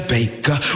Baker